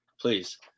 Please